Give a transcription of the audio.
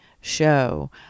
show